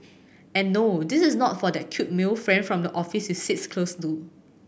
and no this is not for that cute male friend from the office you sits close to